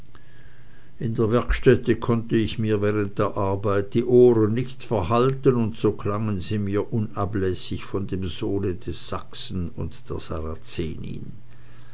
in der werkstätte konnte ich mir während der arbeit die ohren nicht verhalten und so klangen sie mir unablässig von dem sohne des sachsen und der